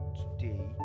today